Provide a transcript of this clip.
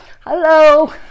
Hello